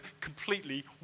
completely